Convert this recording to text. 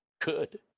Good